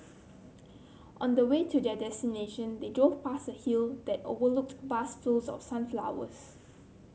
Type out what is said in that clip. on the way to their destination they drove past a hill that overlooked vast fields of sunflowers